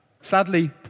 Sadly